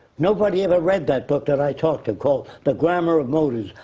nobody ever read that book that i talked, called the grammar of motives,